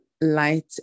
light